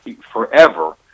forever –